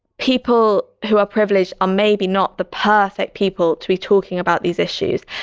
people who are privileged are maybe not the perfect people to be talking about these issues.